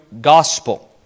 gospel